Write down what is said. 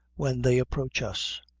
when they approach us.